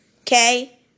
okay